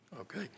Okay